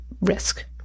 risk